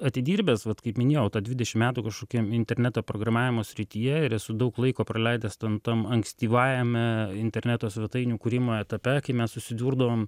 atidirbęs vat kaip minėjau tą dvidešimt metų kažkokiam interneto programavimo srityje ir esu daug laiko praleidęs ten tam ankstyvajame interneto svetainių kūrimo etape kai mes susidurdavom